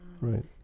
Right